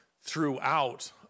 throughout